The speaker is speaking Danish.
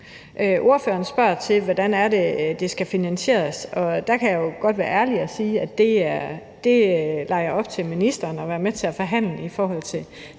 Ordføreren spørger til, hvordan det skal finansieres. Der kan jeg jo godt være ærlig og sige, at det lader jeg være op til ministeren at være med til at forhandle i forbindelse